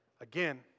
again